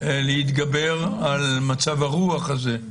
להתגבר על מצב הרוח הזה.